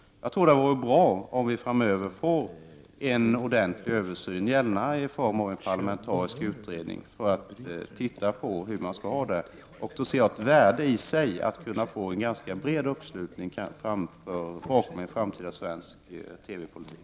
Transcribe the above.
Jag tror att det vore bra om vi framöver kunde få en ordentlig översyn, gärna i form av en parlamentarisk utredning, för att undersöka hur vi skall ha det. Jag ser det som ett värde i sig att kunna få en bred uppslutning bakom en framtida svensk TV-politik.